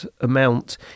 amount